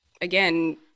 again